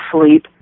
sleep